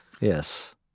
yes